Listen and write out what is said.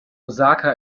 osaka